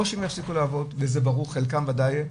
וזה ברור חלקן וודאי,